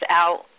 out